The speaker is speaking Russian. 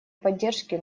поддержке